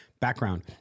background